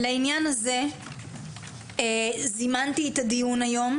לעניין זה זימנתי את הדיון היום,